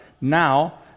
Now